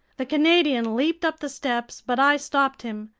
the canadian leaped up the steps, but i stopped him.